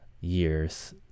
years